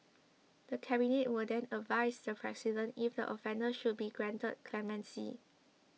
the Cabinet will then advise the President if the offender should be granted clemency